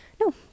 No